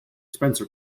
spencer